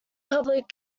public